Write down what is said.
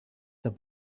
the